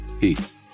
Peace